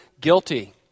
guilty